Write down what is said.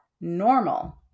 normal